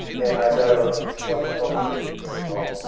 and i got ah one probably fifty foot tall.